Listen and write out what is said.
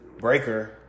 Breaker